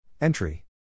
Entry